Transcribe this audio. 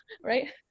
Right